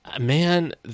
man